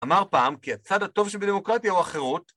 אמר פעם כי הצד הטוב של דמוקרטיה הוא החירות